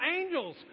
angels